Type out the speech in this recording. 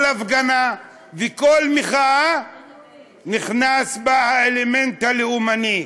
כל הפגנה וכל מחאה נכנס בה האלמנט הלאומני: